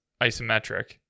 isometric